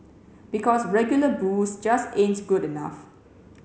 because regular booze just ain't good enough